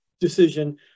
decision